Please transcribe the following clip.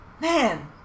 man